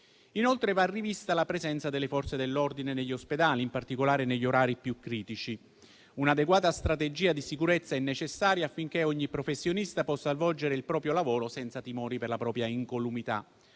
Inoltre, va rivista la presenza delle Forze dell'ordine negli ospedali, in particolare negli orari più critici. Un'adeguata strategia di sicurezza è necessaria affinché ogni professionista possa svolgere il proprio lavoro senza timori per la propria incolumità.